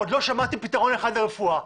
עוד לא שמעתי פתרון אחד לרפואה.